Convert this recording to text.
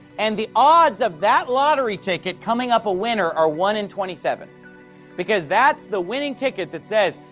and the odds of that lottery ticket coming up a winner are one in twenty seven because that's the winning ticket that says,